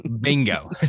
Bingo